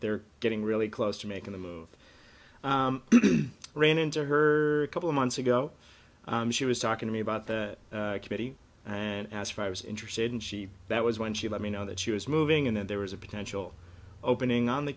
they're getting really close to making a move ran into her a couple of months ago she was talking to me about the committee and asked if i was interested and she that was when she let me know that she was moving in and there was a potential opening on the